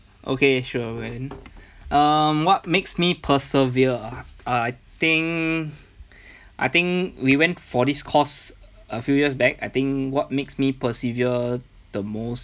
okay sure man um what makes me persevere ah I think I think we went for this course a few years back I think what makes me persevere the most